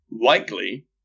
likely